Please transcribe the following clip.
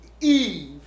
eve